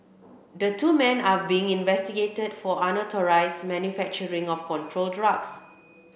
the two men are being investigated for unauthorised manufacturing of controlled drugs